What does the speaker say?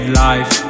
life